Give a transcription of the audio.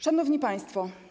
Szanowni Państwo!